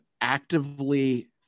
actively